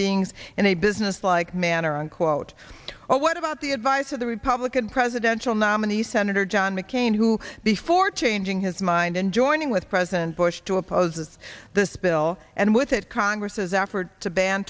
beings in a businesslike manner unquote what about the advice of the republican presidential nominee senator john mccain who before changing his mind and joining with president bush to oppose this bill and with it congress's effort to ban